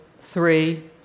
three